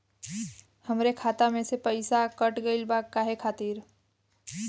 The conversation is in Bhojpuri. हमरे खाता में से पैसाकट गइल बा काहे खातिर?